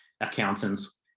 Accountants